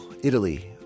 Italy